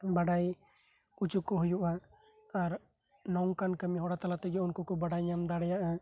ᱵᱟᱰᱟᱭ ᱦᱚᱪᱚ ᱠᱚ ᱦᱩᱭᱩᱜᱼᱟ ᱟᱨ ᱱᱚᱝᱠᱟᱱ ᱠᱟᱹᱢᱤᱦᱚᱨᱟ ᱛᱟᱞᱟ ᱛᱮᱜᱮ ᱩᱱᱠᱩ ᱠᱚ ᱵᱟᱰᱟᱭ ᱧᱟᱢ ᱫᱟᱲᱮᱭᱟᱜᱼᱟ